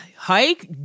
hike